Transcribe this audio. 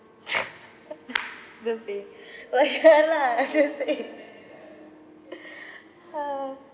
the thing but ya lah seriously uh